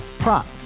Prop